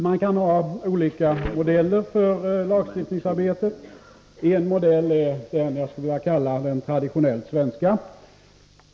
Man kan ha olika modeller för lagstiftningsarbetet. En modell är vad jag skulle vilja kalla den traditionellt svenska.